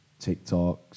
TikToks